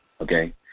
Okay